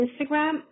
Instagram